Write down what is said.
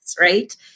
right